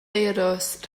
firws